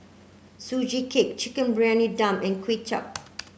Sugee Cake Chicken Briyani Dum and Kuay Chap